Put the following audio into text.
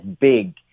big